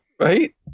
right